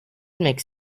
makes